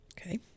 Okay